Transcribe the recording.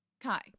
Kai